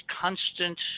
constant